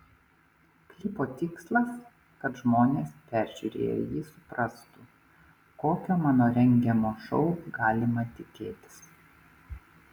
klipo tikslas kad žmonės peržiūrėję jį suprastų kokio mano rengiamo šou galima tikėtis